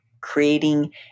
creating